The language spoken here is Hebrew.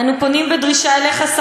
אנו פונים בדרישה אליך,